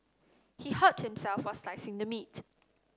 he hurt himself while slicing the meat